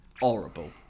Horrible